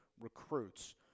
recruits